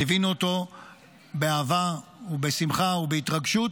ליווינו אותו באהבה ובשמחה ובהתרגשות.